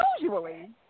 usually